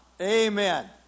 Amen